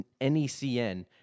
NECN